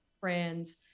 brands